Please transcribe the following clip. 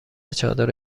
چادر